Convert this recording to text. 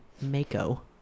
Mako